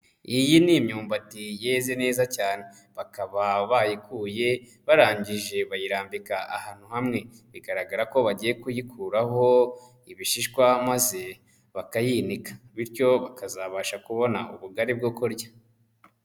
Iyi ni imyumbati yeze neza cyane, bakaba bayikuye barangije bayirambika ahantu hamwe, bigaragara ko bagiye kuyikuraho ibishishwa maze bakayinika bityo bakazabasha kubona ubugari bwo kurya.